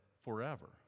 forever